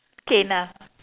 cane ah